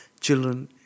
children